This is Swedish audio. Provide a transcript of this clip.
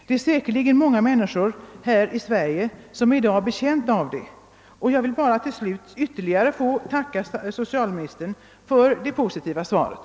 Det är säkerligen många människor i Sverige som i dag är betjänta härav. Till sist vill jag bara än en gång tacka socialministern för det positiva svaret.